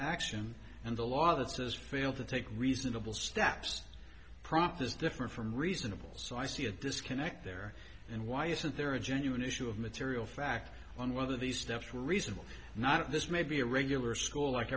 action and the law that says fail to take reasonable steps prompt this different from reasonable so i see a disconnect there and why isn't there a genuine issue of material fact on whether these steps were reasonable not this may be a regular school like